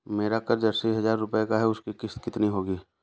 मेरा कर्ज अस्सी हज़ार रुपये का है उसकी किश्त कितनी होगी?